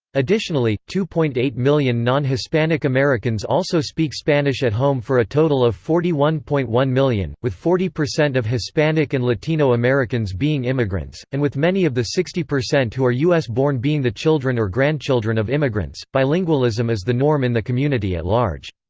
additionally, two point eight million non-hispanic americans also speak spanish at home for a total of forty one point one million with forty percent of hispanic and latino americans being immigrants, and with many of the sixty percent who are u s born being the children or grandchildren of immigrants, bilingualism is the norm in the community at large.